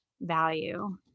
value